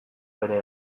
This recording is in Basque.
bere